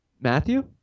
Matthew